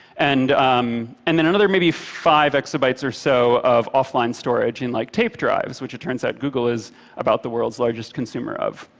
and um and then another maybe five exabytes or so of offline storage in like tape drives, which it turns out google is about the world's largest consumer of.